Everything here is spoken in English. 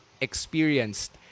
experienced